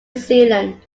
zealand